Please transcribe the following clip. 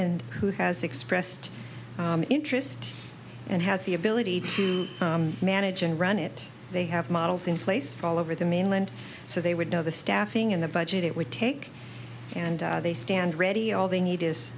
and who has expressed interest and has the ability to manage and run it they have models in place for all over the mainland so they would know the staffing in the budget it would take and they stand ready all they need is